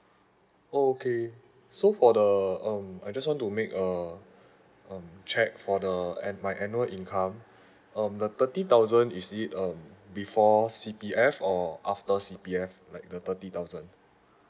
okay so for the um I just want to make uh um check for the an~ my annual income um the thirty thousand is it um before C_P_F or after C_P_F like the thirty thousand